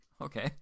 Okay